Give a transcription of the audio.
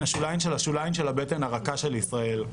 השוליים של השוליים של הבטן הרכה של ישראל.